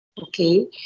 Okay